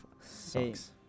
Sucks